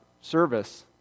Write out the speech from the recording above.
service